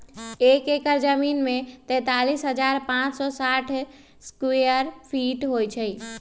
एक एकड़ जमीन में तैंतालीस हजार पांच सौ साठ स्क्वायर फीट होई छई